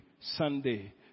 Sunday